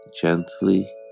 gently